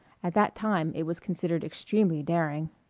at that time it was considered extremely daring.